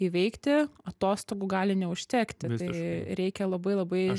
įveikti atostogų gali neužtekti tai reikia labai labai